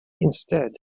instead